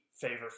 favorite